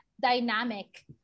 dynamic